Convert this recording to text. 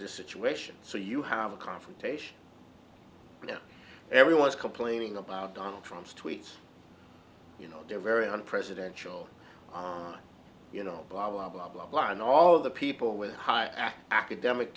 the situation so you have a confrontation now everyone's complaining about donald trump's tweets you know they're very unpresidential you know blah blah blah blah blah and all of the people with high academic